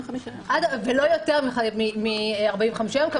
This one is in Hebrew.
ולא יותר מ-45 יום.